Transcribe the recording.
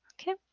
okay